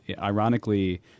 Ironically